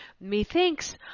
methinks